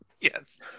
Yes